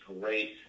great